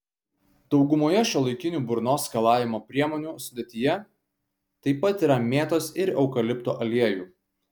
daugumoje šiuolaikinių burnos skalavimo priemonių sudėtyje taip pat yra mėtos ir eukalipto aliejų